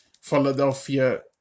Philadelphia